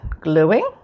gluing